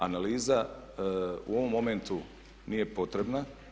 Analiza u ovom momentu nije potrebna.